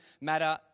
matter